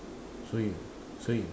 so you so you